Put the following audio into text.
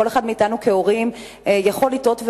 כל אחד מאתנו כהורה יכול לטעות,